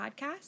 podcast